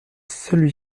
celui